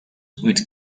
with